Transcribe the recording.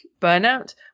burnout